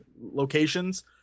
locations